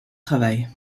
travail